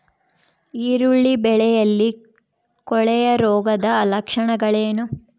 ಈರುಳ್ಳಿ ಬೆಳೆಯಲ್ಲಿ ಕೊಳೆರೋಗದ ಲಕ್ಷಣಗಳೇನು?